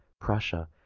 Prussia